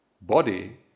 body